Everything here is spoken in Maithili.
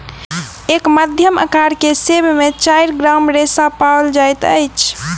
एक मध्यम अकार के सेब में चाइर ग्राम रेशा पाओल जाइत अछि